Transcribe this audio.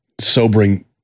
sobering